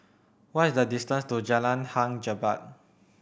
what is the distance to Jalan Hang Jebat